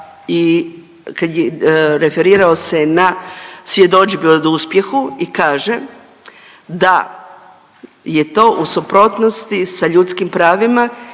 i, kad je, referirao se na svjedodžbe o uspjehu i kaže da je to u suprotnosti sa ljudskim pravima